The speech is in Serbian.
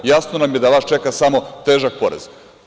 Jasno nam je da vas čeka samo težak poraz.